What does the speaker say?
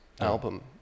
album